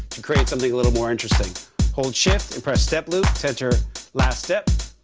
to create something a little more interesting hold shift, and press step loop, to enter last step.